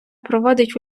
проводить